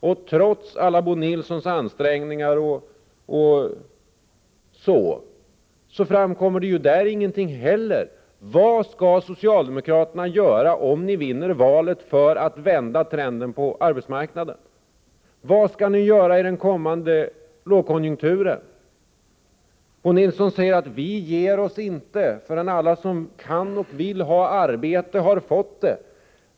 Och trots alla Bo Nilssons ansträngningar framkom det inte heller någonting. Vad skall socialdemokraterna göra, om ni vinner valet, för att vända trenden på arbetsmarknaden? Vad skall ni göra åt den kommande lågkonjunkturen? Bo Nilsson säger: Vi ger oss inte förrän alla som kan och vill arbeta har fått arbete.